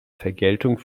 vergeltung